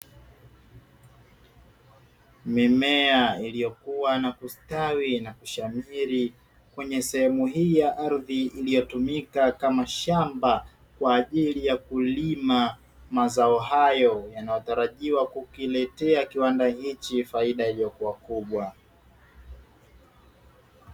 Mimea iliyokuwa na kustawi na kushamiri kwenye sehemu hii ya ardhi iliyotumika kama shamba kwa ajili ya kulima mazao hayo yanayotarajiwa kukiletea kiwanda hichi faida iliyokuwa kubwa.